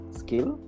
skill